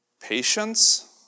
patience